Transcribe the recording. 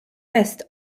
west